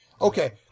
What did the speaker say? Okay